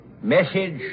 message